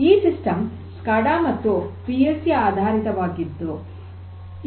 ಈ system SCADA ಮತ್ತು P L C ಆಧಾರಿತವಾದದ್ದು